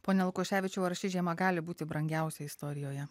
pone lukoševičiau ar ši žiema gali būti brangiausia istorijoje